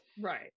Right